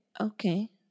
okay